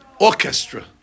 orchestra